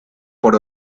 por